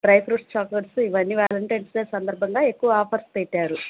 dry fruits chocolates ఇవన్నీ Valentine's day సందర్భంగా ఎక్కువ ఆఫర్స్ పెట్టారు